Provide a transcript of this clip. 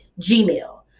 Gmail